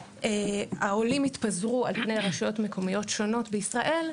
העולים התפזרו על פני רשויות מקומיות שונות בישראל,